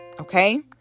Okay